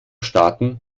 starten